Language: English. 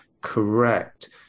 correct